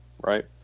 right